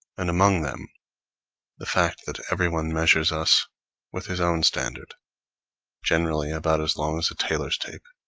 and among them the fact that everyone measures us with his own standard generally about as long as a tailor's tape,